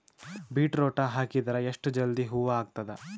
Beetroot ಹಾಕಿದರ ಎಷ್ಟ ಜಲ್ದಿ ಹೂವ ಆಗತದ?